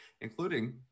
including